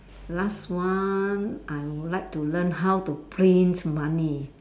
last one I would like to learn how to print money